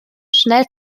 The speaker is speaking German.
schnell